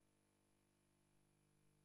והיא תעבור להמשך דיון ולהכנה לקריאה